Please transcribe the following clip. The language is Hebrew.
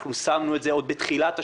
אנחנו שמנו את זה עוד בתחילת השנה,